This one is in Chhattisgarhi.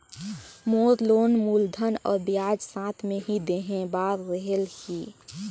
मोर लोन मूलधन और ब्याज साथ मे ही देहे बार रेहेल की?